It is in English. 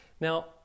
Now